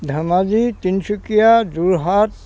Dhemaji Tinsukia Jorhat